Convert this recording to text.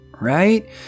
right